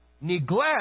Neglect